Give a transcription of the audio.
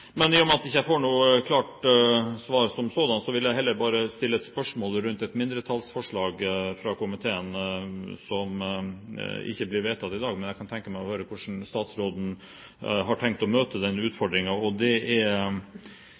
Men i og med at jeg ikke får noe klart svar som sådant, vil jeg heller bare stille et spørsmål rundt et mindretallsforslag fra komiteen som ikke blir vedtatt i dag. Jeg kan tenke meg å høre om hvordan statsråden har tenkt å møte